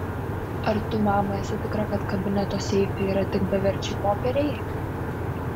ar tu mama esi tikra kad kabineto seife yra tik beverčiai popieriai